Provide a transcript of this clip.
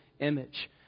image